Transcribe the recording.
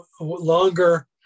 longer